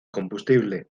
combustible